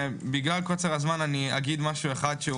בגלל קוצר הזמן אומר דבר אחד חשוב